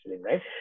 right